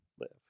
live